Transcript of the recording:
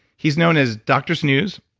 he's known as dr. snooze,